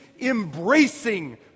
embracing